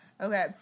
Okay